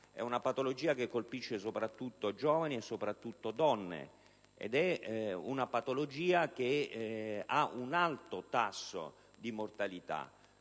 patologia che colpisce soprattutto giovani e soprattutto donne e che ha un alto tasso di mortalità;